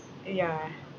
yeah